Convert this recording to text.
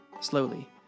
slowly